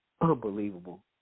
Unbelievable